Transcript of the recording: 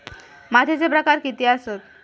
मातीचे प्रकार किती आसत?